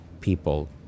people